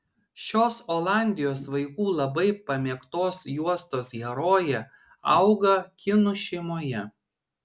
šios olandijos vaikų labai pamėgtos juostos herojė auga kinų šeimoje